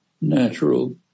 natural